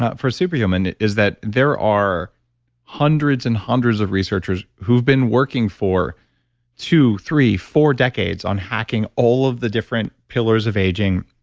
ah super human, is that there are hundreds and hundreds of researchers who've been working for two, three, four decades on hacking all of the different pillars of aging,